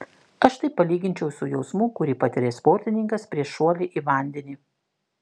aš tai palyginčiau su jausmu kurį patiria sportininkas prieš šuolį į vandenį